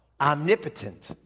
omnipotent